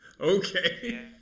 okay